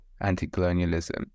anti-colonialism